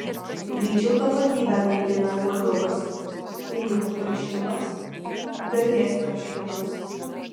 greičiau tapatybę naikina godumas pinigų troškimas garbės troškimas